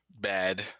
bad